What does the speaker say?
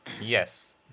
Yes